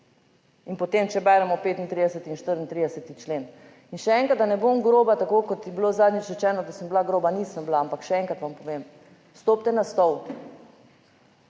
In potem, če beremo 35. in 34. člen in še enkrat, da ne bom groba, tako kot je bilo zadnjič rečeno, da sem bila groba, nisem bila, ampak še enkrat vam povem, stopite na stol,